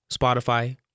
Spotify